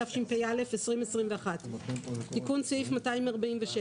התשפ"א 2021 "תיקון סעיף 247